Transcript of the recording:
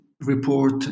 report